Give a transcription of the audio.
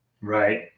Right